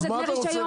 מה זה דמי רישיון?